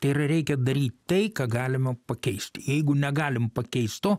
tai yra reikia daryt tai ką galime pakeist jeigu negalim pakeist to